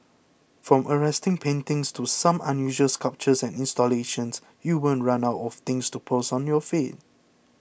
from arresting paintings to some unusual sculptures and installations you won't run out of things to post on your feeds